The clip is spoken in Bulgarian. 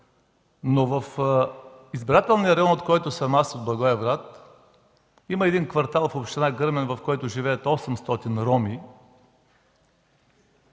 В избирателния район, от който съм аз – от Благоевград, има квартал в община Гърмен, в който живеят 800 роми